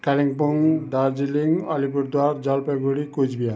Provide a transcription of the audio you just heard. Kalimpong Darjeeling Alipurduar Jalpaiguri Cooch Bihar